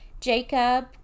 Jacob